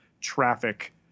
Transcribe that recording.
traffic